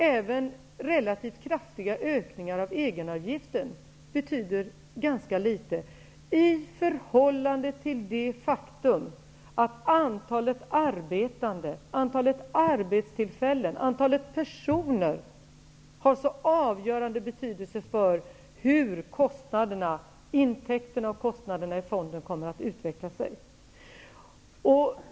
Även relativt kraftiga ökningar av egenavgiften betyder ganska litet i förhållande till det faktum att antalet arbetande, arbetstillfällen och personer har så avgörande betydelse för hur intäkterna och kostnaderna i fonden kommer att utveckla sig.